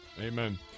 Amen